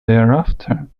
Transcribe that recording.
thereafter